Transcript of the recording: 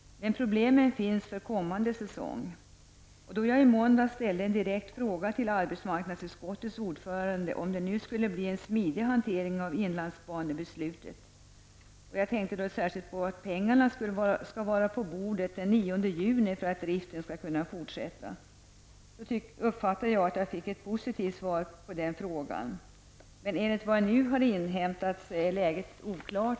Men problemen för kommande säsong kvarstår. Då jag i måndags ställde en direkt fråga till arbetsmarknadsutskottets ordförande om det nu skulle bli en smidig hantering av inlandsbanbeslutet -- jag tänkte då särskilt på att pengarna skall vara på bordet den 9 juni för att driften skall kunna fortsätta -- uppfattade jag att jag fick ett positivt svar. Men enligt vad jag nu har inhämtat är läget oklart.